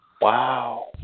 Wow